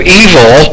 evil